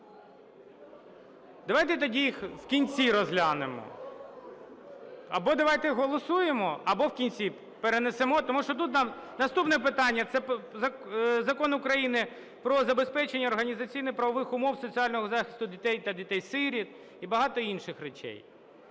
Давайте тоді їх в кінці розглянемо. Або давайте голосуємо, або в кінці перенесемо. Тому що тут наступне питання – це Закон про забезпечення організаційно-правових умов соціального захисту дітей та дітей-сиріт і багато інших речей.